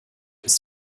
ist